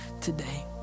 today